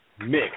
Mix